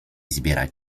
zbierać